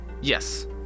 Yes